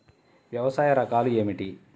వ్యవసాయ రకాలు ఏమిటి?